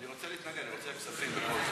ההצעה להעביר את הנושא לוועדת